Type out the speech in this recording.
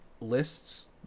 Lists